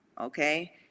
Okay